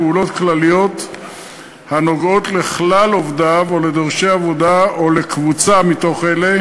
פעולות כלליות הנוגעות לכלל עובדיו או לדורשי עבודה או לקבוצה מתוך אלה